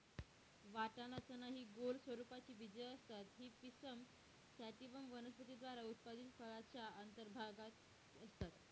वाटाणा, चना हि गोल स्वरूपाची बीजे असतात ही पिसम सॅटिव्हम वनस्पती द्वारा उत्पादित फळाच्या अंतर्भागात असतात